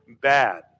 bad